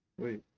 Wait